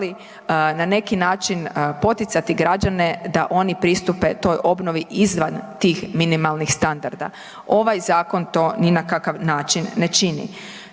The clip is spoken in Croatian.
na neki način poticati građane da oni pristupe toj obnovi izvan tih minimalnih standarda. Ovaj zakon to ni na kakav način ne čini.